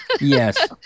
Yes